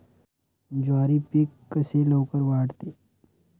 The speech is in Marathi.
ज्वारी पीक कसे लवकर वाढते?